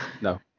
No